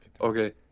okay